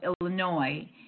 Illinois